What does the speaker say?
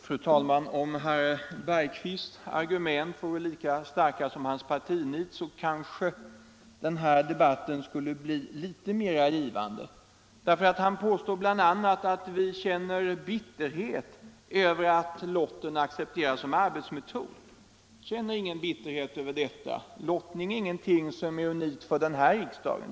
Fru talman! Om herr Bergqvists argument vore lika starka som hans partinit, kanske den här debatten skulle bli mera givande. Han påstår bl.a. att vi känner bitterhet över att lotten accepteras som arbetsmetod. Jag känner ingen bitterhet över detta. Lottningen är ingenting unikt för den här riksdagen.